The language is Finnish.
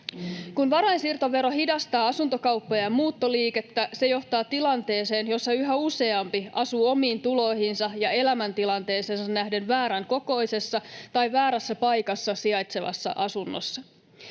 Kun varainsiirtovero hidastaa asuntokauppoja ja muuttoliikettä, se johtaa tilanteeseen, jossa yhä useampi asuu omiin tuloihinsa ja elämäntilanteeseensa nähden väärän kokoisessa tai väärässä paikassa sijaitsevassa asunnossa.